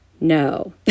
no